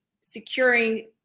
securing